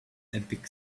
epic